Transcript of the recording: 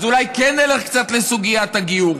אז אולי כן נלך קצת לסוגיית הגיור.